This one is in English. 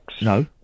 No